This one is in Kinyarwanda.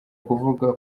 kuvuga